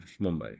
Mumbai